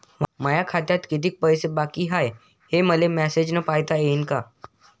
माया खात्यात कितीक पैसे बाकी हाय, हे मले मॅसेजन पायता येईन का?